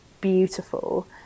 beautiful